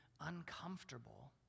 uncomfortable